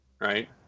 right